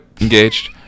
engaged